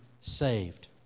saved